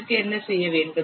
இதற்கு என்ன செய்ய வேண்டும்